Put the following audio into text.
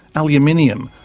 aluminium,